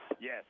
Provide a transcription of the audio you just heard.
Yes